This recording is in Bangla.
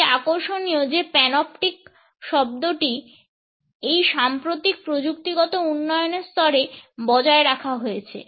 এটি আকর্ষণীয় যে panoptic শব্দটি এই সাম্প্রতিক প্রযুক্তিগত উন্নয়নের স্তরে বজায় রাখা হয়েছে